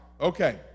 Okay